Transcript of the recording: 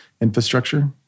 infrastructure